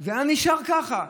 זה היה נשאר ככה,